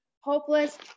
hopeless